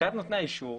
מבחינת נותני האישור,